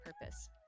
purpose